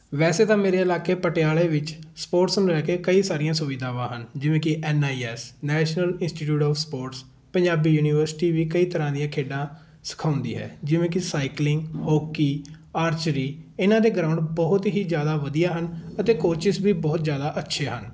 ਵੈਸੇ ਤਾਂ ਮੇਰੇ ਇਲਾਕੇ ਪਟਿਆਲੇ ਵਿੱਚ ਸਪੋਰਟਸ ਨੂੰ ਲੈ ਕੇ ਕਈ ਸਾਰੀਆਂ ਸੁਵਿਧਾਵਾਂ ਹਨ ਜਿਵੇਂ ਕਿ N I S National Institute of Sports Punjabi University ਵੀ ਕਈ ਤਰ੍ਹਾਂ ਦੀਆਂ ਖੇਡਾਂ ਸਿਖਾਉਂਦੀ ਹੈ ਜਿਵੇਂ ਕੀ ਸਾਈਕਲਿੰਗ ਹੌਕੀ ਆਰਚਰੀ ਇਹਨਾਂ ਦੇ ਗਰਾਊਂਡ ਬਹੁਤ ਹੀ ਜ਼ਿਆਦਾ ਵਧੀਆ ਹਨ ਅਤੇ ਕੋਚਿਸ ਵੀ ਬਹੁਤ ਜ਼ਿਆਦਾ ਅੱਛੇ ਹਨ